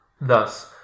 Thus